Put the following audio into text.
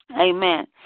Amen